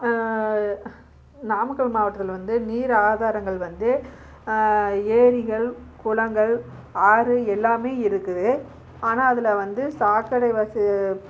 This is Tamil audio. நாமக்கல் மாவட்டத்தில் வந்து நீர் ஆதாரங்கள் வந்து ஏரிகள் குளங்கள் ஆறு எல்லாமே இருக்குது ஆனால் அதில் வந்து சாக்கடை வசி